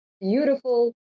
beautiful